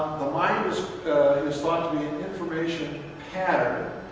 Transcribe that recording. the mind is is like i mean information pattern.